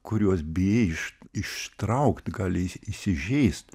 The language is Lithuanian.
kuriuos bijai iš ištraukt gali įsižeist